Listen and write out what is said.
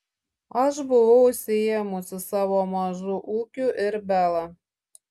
aš buvau užsiėmusi savo mažu ūkiu ir bela